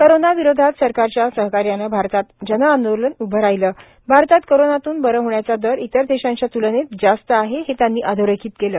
corona विरोधात सरकारच्या सहकार्यानं भारतात जनआंदोलन उभं राहिलं भारतात कोरोनातून बरे होण्याचा दर इतर देशांच्या तूलनेत जास्त आहे हे त्यांनी अधोरेखित केलं